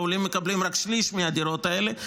העולים מקבלים רק שליש מהדירות האלה,